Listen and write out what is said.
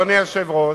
אדוני היושב-ראש,